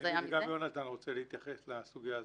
זה היה --- גם יונתן רוצה להתייחס לסוגיה הזאת.